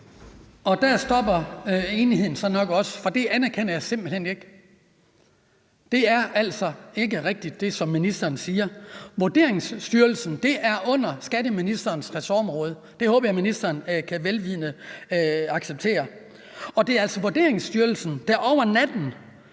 Der stopper enigheden så nok også. For det anerkender jeg simpelt hen ikke. Det er altså ikke rigtigt, hvad ministeren siger. Vurderingsstyrelsen er under skatteministerens ressortområde. Det håber jeg at ministeren kan acceptere. Det er altså Vurderingsstyrelsen, der over natten